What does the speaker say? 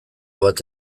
bat